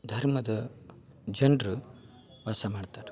ಧರ್ಮದ ಜನ್ರು ವಾಸ ಮಾಡ್ತಾರೆ